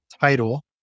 title